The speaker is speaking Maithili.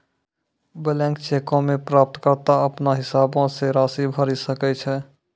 बलैंक चेको मे प्राप्तकर्ता अपनो हिसाबो से राशि भरि सकै छै